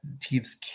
teams